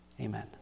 Amen